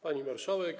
Pani Marszałek!